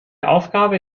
aufgabe